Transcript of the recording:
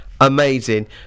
amazing